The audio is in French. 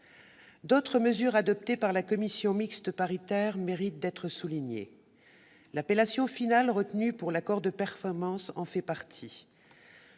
D'autres mesures adoptées par la commission mixte paritaire méritent d'être soulignées. L'appellation finale retenue pour l'accord de performance en fait partie.